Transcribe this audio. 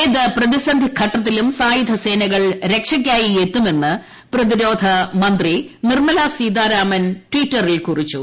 ഏത് പ്രതിസന്ധി ഘട്ടത്തിലും സായുധസേനകൾ രക്ഷയ്ക്കായി എത്തുമെന്ന് പ്രതിരോധമന്ത്രി നിർമ്മല സീതാരാമൻ ടിറ്ററിൽ കുറിച്ചു